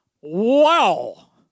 Wow